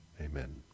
Amen